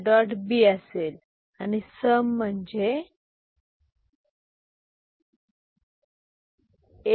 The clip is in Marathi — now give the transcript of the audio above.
B A